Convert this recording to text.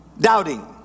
doubting